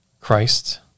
Christ